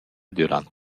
dürant